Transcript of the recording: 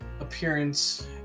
appearance